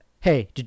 Hey